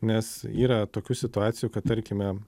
nes yra tokių situacijų kad tarkime